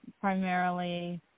primarily